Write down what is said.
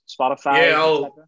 Spotify